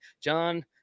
John